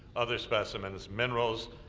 other specimens, minerals,